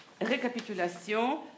récapitulation